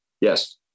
Yes